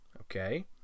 Okay